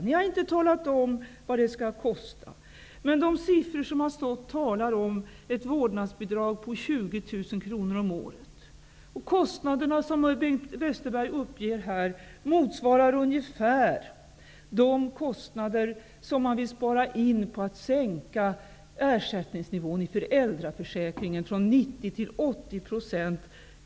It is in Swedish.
Ni har inte talat om vad det skall kosta, men de siffror som har nämnts talar om ett vårdnadsbidrag på 20 000 kr om året. Kostnaderna som Bengt Westerberg uppger här motsvarar ungefär de kostnader som man vill spara in på att sänka ersättningsnivån i föräldraförsäkringen från 90 till 80 %.